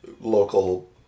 local